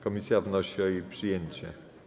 Komisja wnosi o jej przyjęcie.